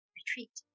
retreat